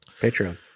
Patreon